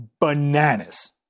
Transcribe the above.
bananas